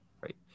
right